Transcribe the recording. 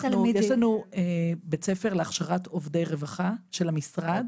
יש לנו בית ספר להכשרת עובדי רווחה של המשרד.